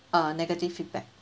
uh negative feedback